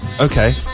okay